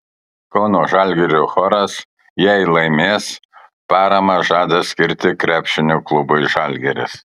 kauno žalgirio choras jei laimės paramą žada skirti krepšinio klubui žalgiris